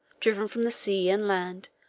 driven from the sea and land,